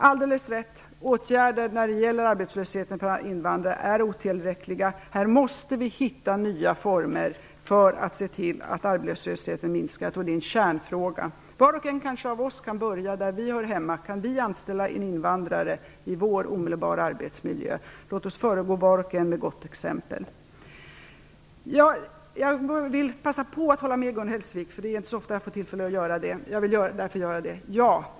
Alldeles rätt, åtgärderna när det gäller arbetslösheten för invandrare är otillräckliga. Här måste vi hitta nya former för att se till att arbetslösheten minskar. Det är en kärnfråga. Var och en av oss kanske kan börja där vi hör hemma. Kan vi anställa en invandrare i vår omedelbara närhet, i vår arbetsmiljö? Låt oss föregå var och en med gott exempel! Jag vill passa på att hålla med Gun Hellsvik. Det är inte så ofta jag får tillfälle att göra det.